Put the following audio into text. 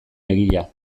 egia